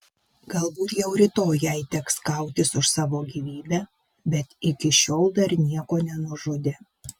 galbūt jau rytoj jai teks kautis už savo gyvybę bet iki šiol dar nieko nenužudė